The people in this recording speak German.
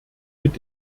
mit